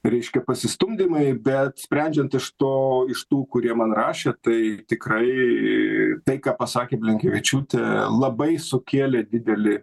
reiškia pasistumdymai bet sprendžiant iš to iš tų kurie man rašė tai tikrai tai ką pasakė blinkevičiūtė labai sukėlė didelį